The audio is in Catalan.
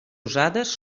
usades